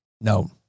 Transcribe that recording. No